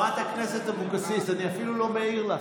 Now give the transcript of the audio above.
חברת הכנסת אבקסיס, אני אפילו לא מעיר לך.